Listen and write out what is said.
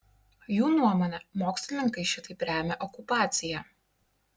jų nuomone mokslininkai šitaip remia okupaciją